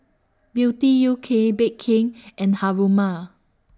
Beauty U K Bake King and Haruma